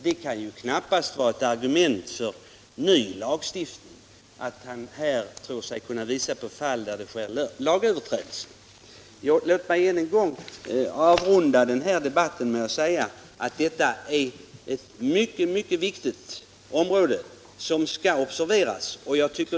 Det kan knappast vara ett argument för ny lagstiftning att han tror sig kunna visa på fall där det sker lagöverträdelser. Låt mig än en gång avrunda debatten med att säga att det här är ett mycket viktigt område, som skall observeras.